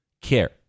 care